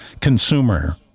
consumer